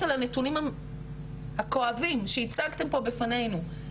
על הנתונים הכואבים שהצגתם פה בפנינו,